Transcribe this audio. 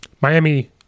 Miami